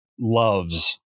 loves